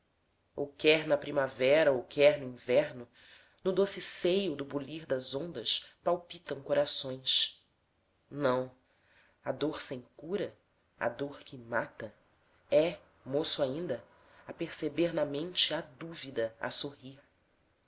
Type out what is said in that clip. ou quer na primavera ou quer no inverno no doce anseio do bulir das ondas palpitam corações não a dor sem cura a dor que mata é moço ainda aperceber na mente a dúvida a sorrir